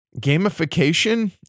gamification